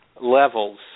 levels